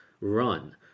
run